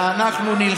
אבל בואו נמשיך.